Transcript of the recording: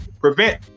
prevent